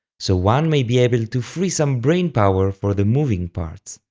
so one may be able to free some brain power for the moving parts.